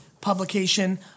publication